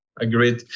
Agreed